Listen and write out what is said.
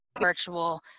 virtual